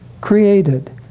created